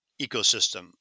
ecosystem